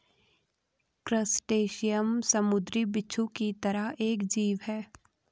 crustacean समुंद्री बिच्छू की तरह एक जीव है